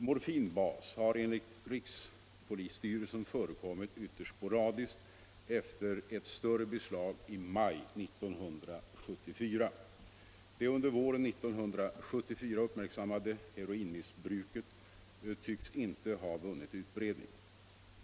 Morfinbas har enligt rikspolisstyrelsen förekommit ytterst sporadiskt efter ett större beslag i maj 1974. Det under våren 1974 uppmärksammade heroinmissbruket tycks inte ha vunnit utbredning.